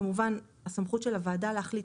כמובן, הסמכות של הוועדה להחליט.